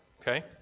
Okay